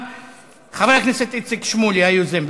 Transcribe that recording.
(תיקון מס' 47). חבר הכנסת איציק שמולי היוזם,